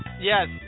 Yes